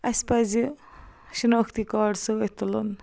اَسہِ پَزِ شِنٲختی کارڈ سۭتۍ تُلن